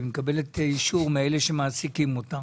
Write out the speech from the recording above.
היא מקבלת אישור מאלה שמעסקים אותה,